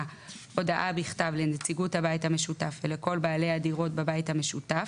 הודעה בכתב לנציגות הבית המשותף ולכל בעלי הדירות בבית המשותף